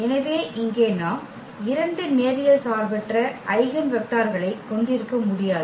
எனவே இங்கே நாம் இரண்டு நேரியல் சார்பற்ற ஐகென் வெக்டர்களைக் கொண்டிருக்க முடியாது